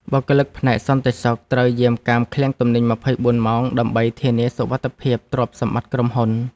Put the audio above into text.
បុគ្គលិកផ្នែកសន្តិសុខត្រូវយាមកាមឃ្លាំងទំនិញ ២៤ ម៉ោងដើម្បីធានាសុវត្ថិភាពទ្រព្យសម្បត្តិក្រុមហ៊ុន។